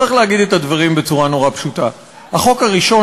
צריך להגיד את הדברים בצורה נורא פשוטה: החוק הראשון